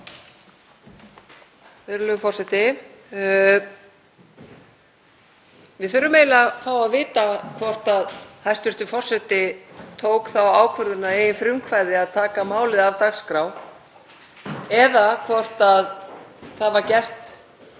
Virðulegur forseti. Við þurfum eiginlega að fá að vita hvort hæstv. forseti tók þá ákvörðun að eigin frumkvæði að taka málið af dagskrá eða hvort það var gert